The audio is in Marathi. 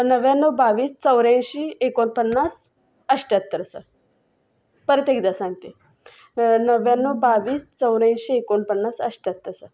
नव्याण्णव बावीस चौऱ्याऐंशी एकोणपन्नास अठ्याहत्तर सर परत एकदा सांगते नव्याण्णव बावीस चौऱ्याऐंशी एकोणपन्नास अठ्याहत्तर सर